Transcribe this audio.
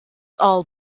all